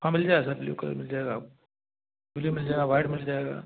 हाँ मिल जाएगा ब्लू कलर मिल जाएगा आप ब्लू मिल जाएगा व्हाइट मिल जाएगा